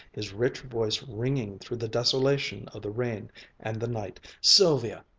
his rich voice ringing through the desolation of the rain and the night sylvia!